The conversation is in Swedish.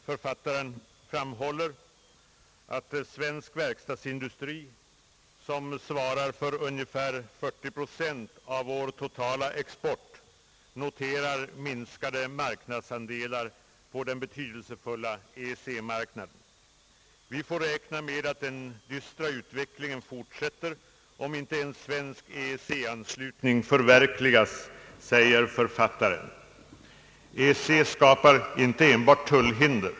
Författaren framhåller att svensk verkstadsindustri, som svarar för ungefär 40 procent av vår totala export, noterar minskade marknadsandelar på den betydelsefulla EEC-marknaden. Vi får räkna med att den dystra utvecklingen fortsätter om inte en svensk EEC-anslutning förverkligas, säger författaren. EEC skapar inte enbart tullhinder.